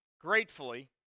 gratefully